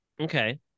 Okay